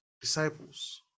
disciples